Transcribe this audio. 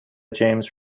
james